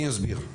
אני אסביר.